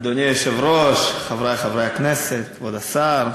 אדוני היושב-ראש, חברי חברי הכנסת, כבוד השר,